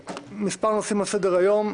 מספר נושאים על סדר היום.